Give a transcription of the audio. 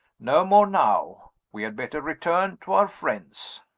no more, now. we had better return to our friends.